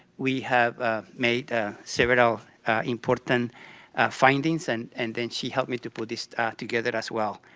we have made several important findings and and then she helped me to put this together as well.